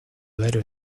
letter